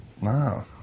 Wow